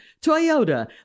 Toyota